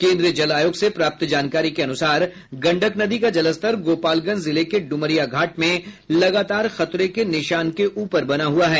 केन्द्रीय जल आयोग से प्राप्त जानकारी के अनुसार गंडक नदी का जलस्तर गोपालगंज जिले के डुमरिया घाट में लगातार खतरे के निशान के ऊपर बना हुआ है